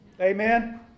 Amen